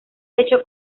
techo